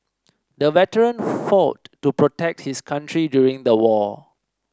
the veteran fought to protect his country during the war